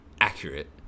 accurate